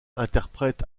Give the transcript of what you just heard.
interprète